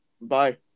bye